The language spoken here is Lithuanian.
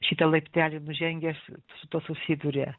šitą laiptelį nužengęs su tuo susiduria